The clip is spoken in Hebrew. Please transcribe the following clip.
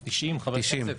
90 חברי כנסת,